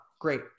Great